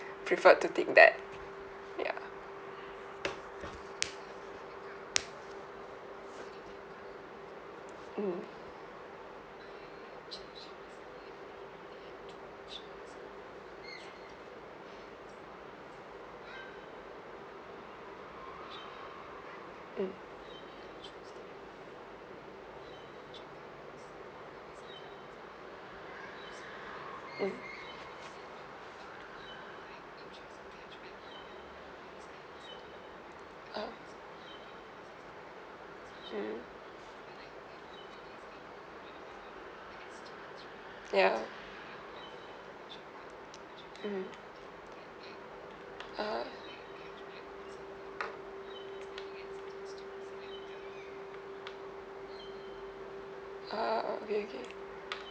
preferred to take that ya mmhmm mm mm oh mm ya mmhmm (uh huh) uh okay okay